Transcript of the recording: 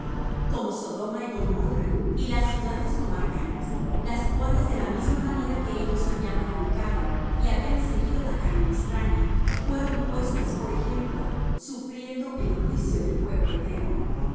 como sodoma y gomorra y las ciudades comarcanas las cuales de la misma manera que ellos habían fornicado y habían seguido la carne extraña fueron puestas por ejemplo sufriendo el juicio del fuego eterno